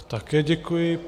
Také děkuji.